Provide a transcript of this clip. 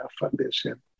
Foundation